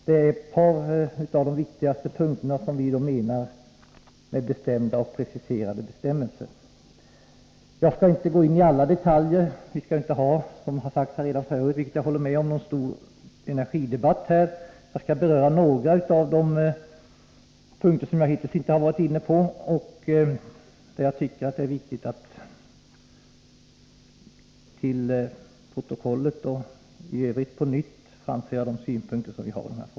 Detta är ett par av de viktigaste punkterna där vi kräver mera preciserade 66 bestämmelser. Jag skall inte gå in i alla detaljer; det har förut sagts att vi inte skall ha någon stor energidebatt här, och det håller jag med om. Däremot skall jag beröra några av de punkter som jag hittills inte har varit inne på men där jag tycker det är viktigt att till protokollet och i övrigt på nytt framföra våra synpunkter.